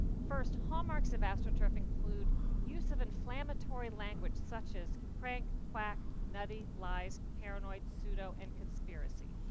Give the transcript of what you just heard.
first, hallmarks of astroturf include use of inflammatory language such as crank, quack, nutty, lies, paranoid, pseudo, and conspiracy.